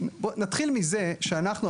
נתחיל מזה שאנחנו,